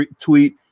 tweet